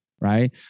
right